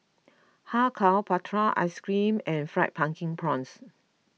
Kar Kow Prata Ice Cream and Fried Pumpkin Prawns